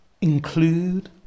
include